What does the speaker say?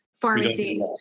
pharmacies